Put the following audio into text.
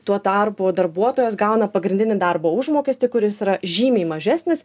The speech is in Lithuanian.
tuo tarpu darbuotojas gauna pagrindinį darbo užmokestį kuris yra žymiai mažesnis